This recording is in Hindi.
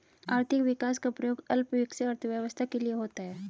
आर्थिक विकास का प्रयोग अल्प विकसित अर्थव्यवस्था के लिए होता है